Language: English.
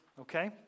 okay